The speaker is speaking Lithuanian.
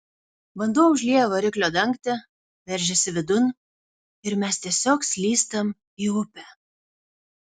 vanduo užlieja variklio dangtį veržiasi vidun ir mes tiesiog slystam į upę